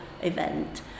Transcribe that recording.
event